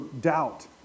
doubt